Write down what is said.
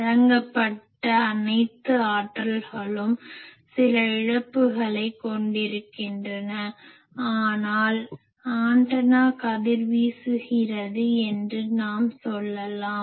வழங்கப்பட்ட அனைத்து ஆற்றல்களும் சில இழப்புகளைக் கொண்டிருக்கின்றன ஆனால் ஆன்டனா கதிர்வீசுகிறது என்று நாம் சொல்லாம்